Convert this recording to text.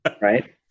Right